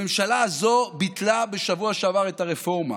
הממשלה הזו ביטלה בשבוע שעבר את הרפורמה,